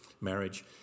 marriage